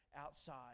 outside